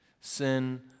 Sin